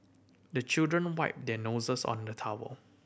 the children wipe their noses on the towel